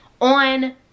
on